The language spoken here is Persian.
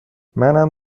منم